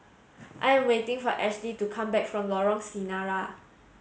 I am waiting for Ashli to come back from Lorong Sarina